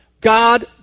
God